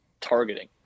targeting